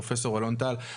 פרופ' אלון טל,